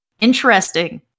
interesting